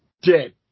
dead